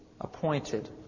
Appointed